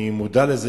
אני מודע לזה,